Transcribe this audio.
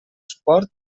suport